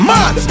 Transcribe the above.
Man